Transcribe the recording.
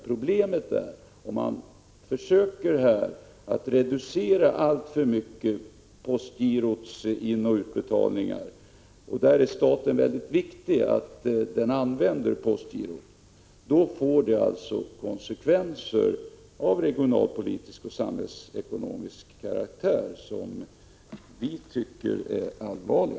Problemet är att det, om man alltför mycket försöker reducera postgirots inoch utbetalningar — och i det sammanhanget är statens användning av postgirot av mycket stor betydelse —, att man får konsekvenser av regionalpolitisk och samhällsekonomisk karaktär, som vi tycker är allvarliga.